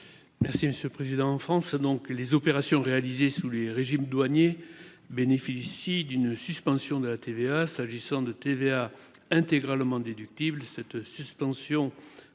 est à M. Claude Raynal. En France, les opérations réalisées sous les régimes douaniers bénéficient d’une suspension de la TVA. S’agissant de TVA intégralement déductible, cette suspension